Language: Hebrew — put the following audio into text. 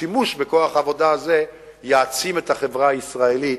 השימוש בכוח העבודה הזה יעצים את החברה הישראלית,